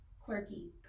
quirky